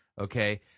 Okay